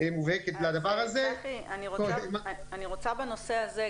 מובהקת לדבר הזה- -- צחי אני רוצה בנושא הזה,